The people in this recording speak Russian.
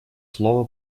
слова